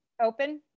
open